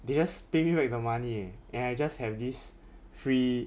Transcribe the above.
they just pay me back the money eh and I just have this free